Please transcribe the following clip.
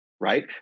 right